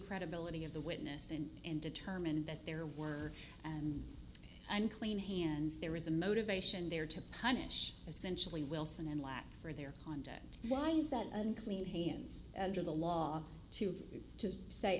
credibility of the witness and determine that there were an unclean hands there is a motivation there to punish essentially wilson and lack for their content why is that unclean hands under the law to you to say